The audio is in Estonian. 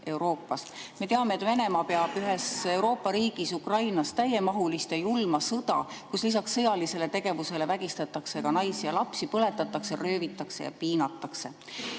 Me teame, et Venemaa peab ühes Euroopa riigis, Ukrainas täiemahulist julma sõda, kus lisaks sõjalisele tegevusele vägistatakse naisi ja lapsi, põletatakse, röövitakse ja piinatakse.